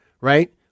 right